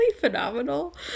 phenomenal